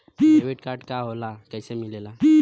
Debit card का होला कैसे मिलेला?